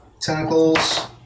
Tentacles